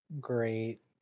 great